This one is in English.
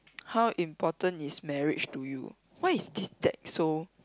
how important is marriage to you why is that so